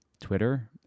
Twitter